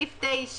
סעיף 9